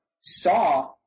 saw